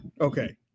okay